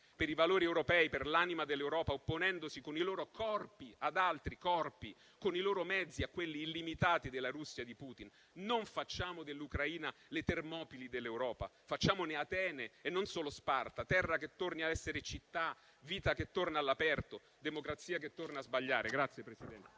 per i valori europei, per l'anima dell'Europa, opponendosi con i loro corpi ad altri corpi, con i loro mezzi a quelli illimitati della Russia di Putin. Non facciamo dell'Ucraina le Termopili dell'Europa, facciamone Atene e non solo Sparta, terra che torni ad essere città, vita che torna all'aperto, democrazia che torna a sbagliare.